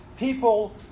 people